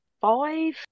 five